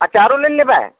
अचारो लेल लेबै